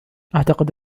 أعتقد